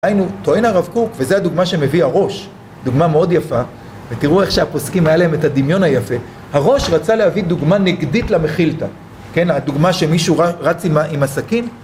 היינו, טוען הרב קוק, וזו הדוגמה שמביא הראש, דוגמה מאוד יפה, ותראו איך שהפוסקים היה להם את הדמיון היפה הראש רצה להביא דוגמה נגדית למחילתה, כן? הדוגמה שמישהו רץ עם הסכין